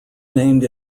named